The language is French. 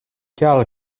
karl